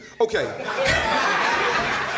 okay